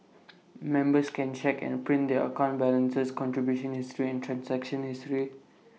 members can check and print their account balances contribution history and transaction history